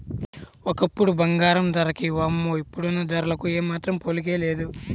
ఒకప్పుడు బంగారం ధరకి వామ్మో ఇప్పుడున్న ధరలకు ఏమాత్రం పోలికే లేదు